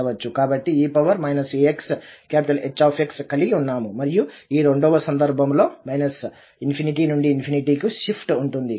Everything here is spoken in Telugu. కాబట్టి e axH కలిగి ఉన్నాము మరియు ఈ రెండవ సందర్భంలో ∞ నుండి ∞ కు షిఫ్ట్ ఉంటుంది